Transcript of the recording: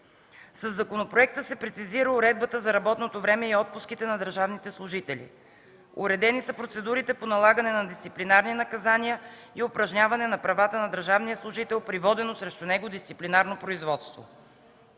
Със законопроекта се прецизира уредбата за работното време и отпуските на държавните служители. Уредени са процедурите по налагане на дисциплинарни наказания и упражняване на правата на държавния служител при водено срещу него дисциплинарно производство.